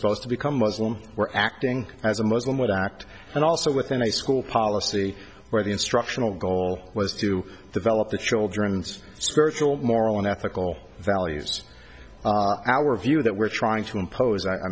supposed to become muslim were acting as a muslim would act and also within a school policy where the instructional goal was to develop the children's spiritual moral and ethical values our view that we're trying to impose i